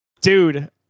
dude